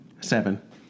Seven